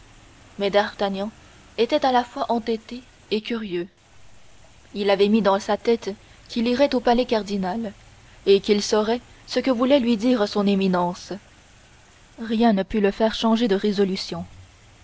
mais d'artagnan était à la fois entêté et curieux il avait mis dans sa tête qu'il irait au palais cardinal et qu'il saurait ce que voulait lui dire son éminence rien ne put le faire changer de résolution